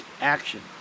action